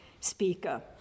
speaker